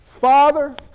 Father